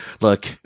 look